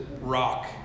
rock